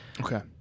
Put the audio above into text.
Okay